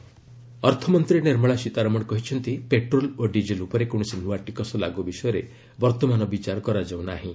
Sitharaman petrol ଅର୍ଥମନ୍ତୀ ନିର୍ମଳା ସୀତାରମଣ କହିଛନ୍ତି petrol ଓ ଡିକେଲ୍ ଉପରେ କୌଣସି ନୂଆ ଟିକସ ଲାଗୁ ବିଷୟରେ ବର୍ତ୍ତମାନ ବିଚାର କରାଯାଉ ନାହିଁ